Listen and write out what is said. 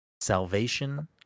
Salvation